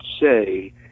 say